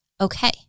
okay